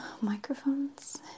microphones